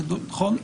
נכון?